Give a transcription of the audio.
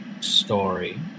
story